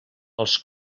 els